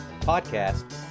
podcast